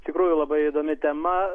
iš tikrųjų labai įdomi tema